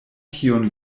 kiun